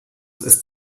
ist